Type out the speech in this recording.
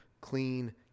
clean